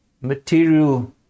material